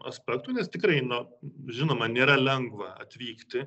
aspektų nes tikrai na žinoma nėra lengva atvykti